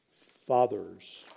fathers